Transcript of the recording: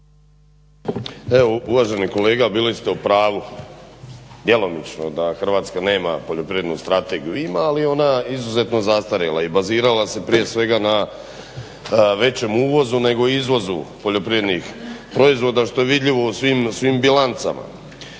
uvaženi kolega, bili ste u pravu djelomično da Hrvatska nema poljoprivrednu strategiju. Ima, ali ona je izuzetno zastarjela i bazirala se prije svega na većem uvozu nego izvozu poljoprivrednih proizvoda što je vidljivo u svim bilancama.